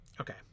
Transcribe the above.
Okay